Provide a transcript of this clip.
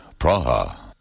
Praha